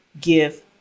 give